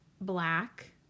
black